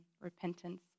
repentance